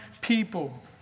people